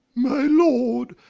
my lord,